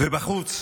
ובחוץ